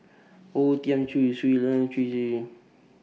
O Thiam Chin Shui Lan Chu